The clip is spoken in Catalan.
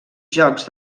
jocs